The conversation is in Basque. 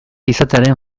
izatearen